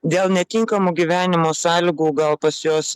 dėl netinkamų gyvenimo sąlygų gal pas juos